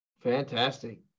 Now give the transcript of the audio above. Fantastic